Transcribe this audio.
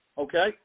Okay